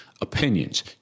opinions